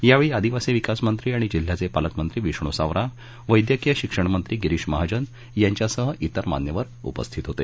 यावेळी आदिवासी विकास मंत्री आणि जिल्ह्याचे पालकमंत्री विष्णू सवरा वैद्यकीय शिक्षण मंत्री गिरीश महाजन यांच्यासह इतर मान्यवर उपस्थित होते